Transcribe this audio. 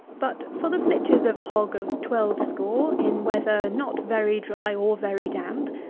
but for the flitches of a hog of twelve score, in weather not very dry or very damp,